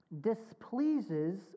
displeases